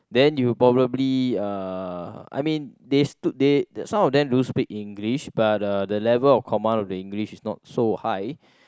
then you probably uh I mean they they some of them do speak English but uh the level of command of the English is not so high